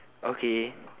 okay